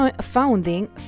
founding